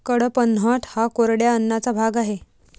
कडपह्नट हा कोरड्या अन्नाचा भाग आहे